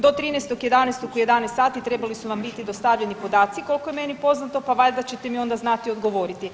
Do 13.11. u 11 sati trebali su vam biti dostavljeni podaci koliko je meni poznato, pa valjda ćete mi onda znati odgovoriti.